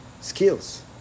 skills